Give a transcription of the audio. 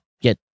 get